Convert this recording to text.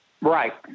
Right